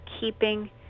keeping